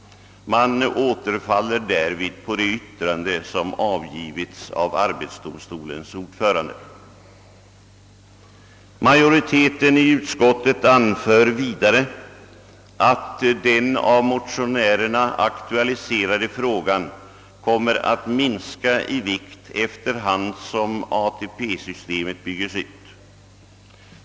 Man återfaller därvid på det yttrande som avgivits av arbetsdomstolens ordförande. Majoriteten i utskottet anför vidare att den av motionärerna aktualiserade frågan kommer att minska i vikt efter hand som ATP-systemet byggs ut.